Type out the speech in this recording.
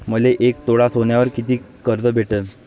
मले एक तोळा सोन्यावर कितीक कर्ज भेटन?